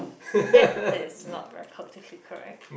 that is not very politically correct